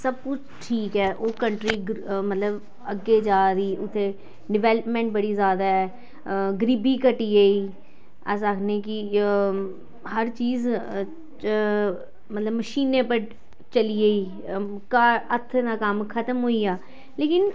सब कुछ ठीक ऐ ओह् कंट्री मतलब अग्गें जा दी उत्थें डेवलपमेंट बड़ी जादा ऐ गरीबी घटी गेई अस आखने कि हर चीज़ मतलब मशीनें पर चली गेई हत्थें दा कम्म खत्म होई गेआ लेकिन